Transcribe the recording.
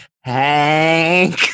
Hank